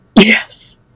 Yes